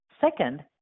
Second